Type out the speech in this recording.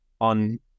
on